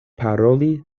paroli